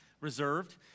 reserved